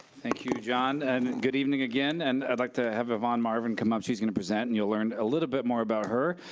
thank you, john, and and good evening again, and i'd like to have evonne marvin come up, she's gonna present, and you'll learn a little bit more about her,